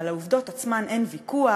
שהרי על העובדות עצמן אין ויכוח,